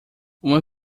uma